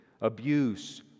abuse